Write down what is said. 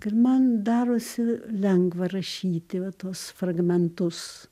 ir man darosi lengva rašyti va tuos fragmentus